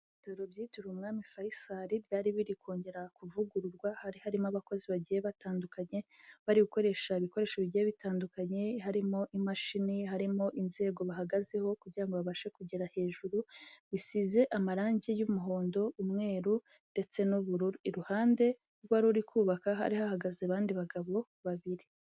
Ibitaro byitiriwe umwami faisal byari biri kongera kuvugururwa hari harimo abakozi bagiye batandukanye bari gukoresha ibikoresho bigiye bitandukanye, harimo imashini, harimo inzego bahagazeho kugira babashe kugera hejuru, bisize amarangi y'umuhondo, umweru ndetse n'ubururu, iruhande y'uwa uri kubaka hari hahagaze abandi bagabo babiri.